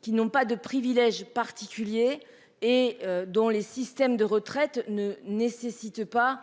qui n'ont pas de privilège particulier et dont les systèmes de retraite ne nécessitent pas.